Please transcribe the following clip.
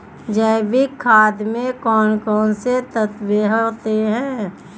जैविक खाद में कौन कौन से तत्व होते हैं?